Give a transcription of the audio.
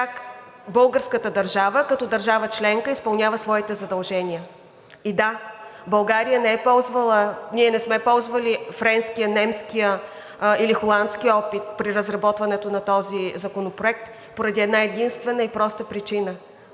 как българската държава като държава членка изпълнява своите задължения. И да, България не е ползвала, ние не сме ползвали френския, немския или холандския опит при разработването на този законопроект поради една-единствена и проста причина